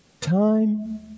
Time